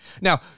now